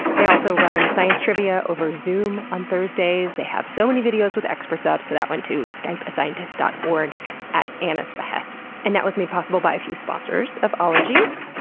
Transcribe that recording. they also run science trivia over zoom on thursdays. they have so many videos with experts up, so that went to skypeascientist dot org at anna's behest. and that was made possible by a few sponsors of ologies.